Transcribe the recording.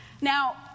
Now